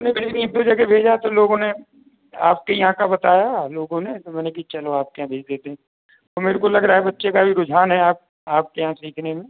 मैं कई भी एक दो जगह भेजा तो लोगों ने आपके यहाँ का बताया लोगों ने तो मैंने कहाँ चलो आपके यहाँ भेज देते है तो मेरे को लग रहा है बच्चे का भी रुझान है आप आपके यहाँ सीखने में